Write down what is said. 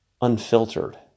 unfiltered